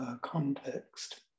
context